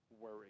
worry